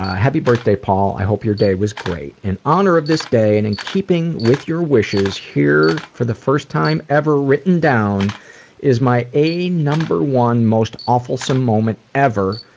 happy birthday, paul. i hope your day was great. in honor of this day and in keeping with your wishes, here, for the first time ever written down is my a number one most awefulsome moment ever,